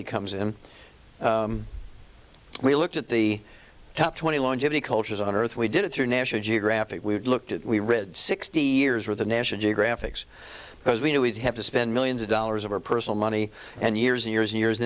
y comes in we looked at the top twenty longevity cultures on earth we did it through national geographic we looked at we read sixty years with a national geographic's because we knew we'd have to spend millions of dollars of our personal money and years and years and years